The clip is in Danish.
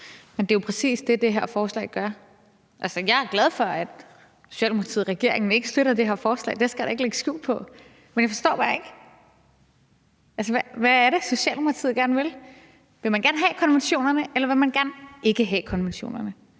Men det er jo præcis det, det her forslag gør. Altså, jeg er glad for, at Socialdemokratiet og regeringen ikke støtter det her forslag – det skal jeg da ikke lægge skjul på – men jeg forstår bare ikke, hvad det er, Socialdemokratiet gerne vil. Vil man have konventionerne, eller vil man ikke have konventionerne?